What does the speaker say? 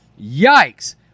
Yikes